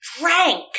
drank